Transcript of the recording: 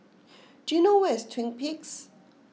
do you know where is Twin Peaks